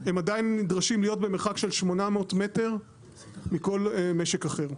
הם עדיין נדרשים להיות במרחק של 800 מטר מכל משק אחר.